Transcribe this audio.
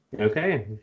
okay